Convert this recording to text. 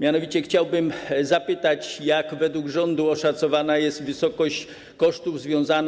Mianowicie chciałbym zapytać, jak według rządu oszacowana jest wysokość kosztów związanych